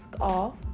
off